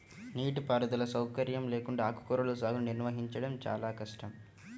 నీటిపారుదల సౌకర్యం లేకుండా ఆకుకూరల సాగుని నిర్వహించడం చాలా కష్టం